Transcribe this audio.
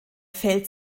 fällt